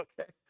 Okay